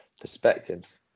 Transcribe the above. perspectives